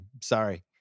Sorry